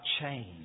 change